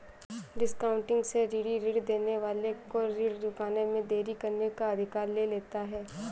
discounting से ऋणी ऋण देने वाले को ऋण चुकाने में देरी करने का अधिकार ले लेता है